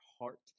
heart